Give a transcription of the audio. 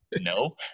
no